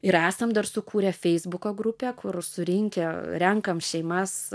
ir esam dar sukūrę feisbuko grupę kur surinkę renkam šeimas